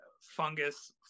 fungus